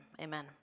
Amen